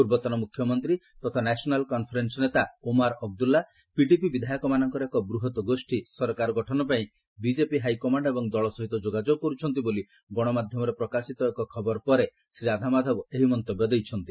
ପୂର୍ବତନ ମୁଖ୍ୟମନ୍ତ୍ରୀ ତଥା ନ୍ୟାସନାଲ୍ କନ୍ଫରେନ୍ସ ନେତା ଓମାର ଅବଦୁଲ୍ଲା ପିଡିପି ବିଧାୟକମାନଙ୍କର ଏକ ବୃହତ୍ ଗୋଷୀ ସରକାର ଗଠନପାଇଁ ବିଜେପି ହାଇକମାଣ୍ଡ ଏବଂ ଦଳ ସହିତ ଯୋଗାଯୋଗ କରୁଛନ୍ତି ବୋଲି ଗଣମାଧ୍ୟମରେ ପ୍ରକାଶିତ ଏକ ଖବର ପରେ ଶ୍ରୀ ରାମମାଧବ ଏହି ମନ୍ତବ୍ୟ ଦେଇଛନ୍ତି